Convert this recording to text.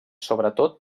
sobretot